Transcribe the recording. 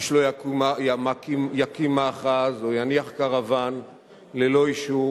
איש לא יקים מאחז או יניח קרוון ללא אישור